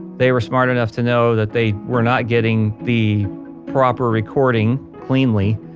they were smart enough to know that they were not getting the proper recording cleanly,